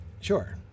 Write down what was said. Sure